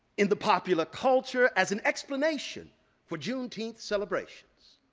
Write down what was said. in the popular culture as an explanation for juneteenth celebrations.